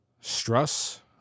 stress